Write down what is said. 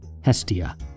Hestia